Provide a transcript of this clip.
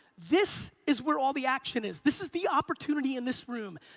this is where all the action is. this is the opportunity in this room,